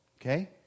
okay